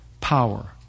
power